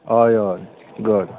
हय हय कळ्ळें